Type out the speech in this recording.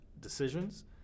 decisions